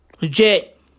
Legit